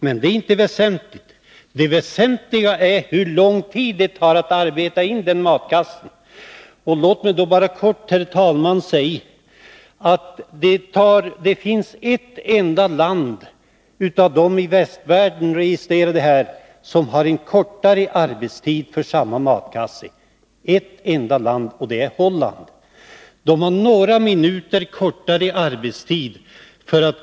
Men det är inte det väsentliga, utan det är hur lång tid det tar för en industriarbetare i resp. land att arbeta in denna matkasse med innehåll. I ett enda land i västvärlden kan industriarbetaren arbeta in den på kortare tid än industriarbetaren i vårt land, och det är i Holland. Det rör sig om några minuter kortare tid.